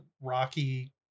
rocky